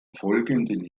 folgenden